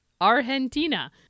Argentina